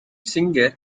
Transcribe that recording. singer